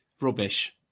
rubbish